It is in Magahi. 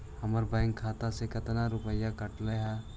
हमरा बैंक खाता से कतना रूपैया कटले है?